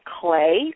clay